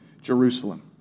Jerusalem